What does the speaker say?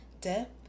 depth